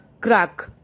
crack